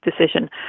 decision